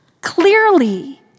Clearly